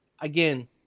again